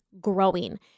growing